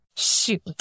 Shoot